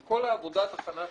עם כל עבודת ההכנה שנעשית,